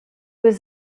was